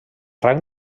rang